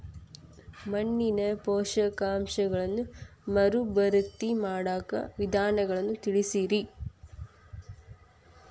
ಮಣ್ಣಿನ ಪೋಷಕಾಂಶಗಳನ್ನ ಮರುಭರ್ತಿ ಮಾಡಾಕ ವಿಧಾನಗಳನ್ನ ತಿಳಸ್ರಿ